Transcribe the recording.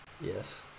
Yes